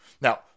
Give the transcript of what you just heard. Now